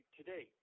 today